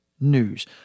news